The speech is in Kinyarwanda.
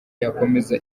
yakomeza